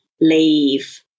leave